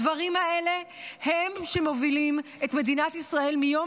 הדברים האלה הם שמובילים את מדינת ישראל מיום